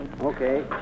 Okay